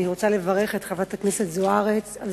אני רוצה לברך את חברת הכנסת זוארץ על